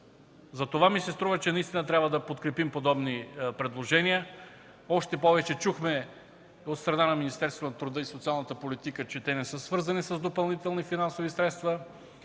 Затова ми се струва, че трябва да подкрепим подобни предложения, още повече чухме от страна на Министерството на труда и социалната политика, че не са свързани с допълнителни финансови средства,